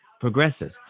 progresses